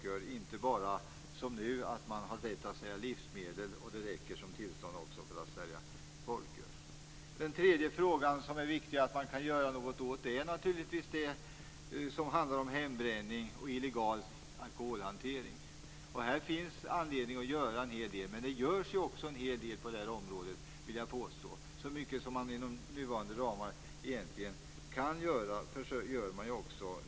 Det skall inte vara bara som nu att rätten att sälja livsmedel räcker som tillstånd att sälja folköl. Den tredje saken som det är viktigt att göra någonting åt är hembränning och illegal alkoholhantering. Det görs också en hel del på det området, vill jag påstå. Så mycket som man med nuvarande ramar kan göra gör man ju också.